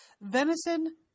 Venison